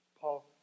Paul